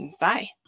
Bye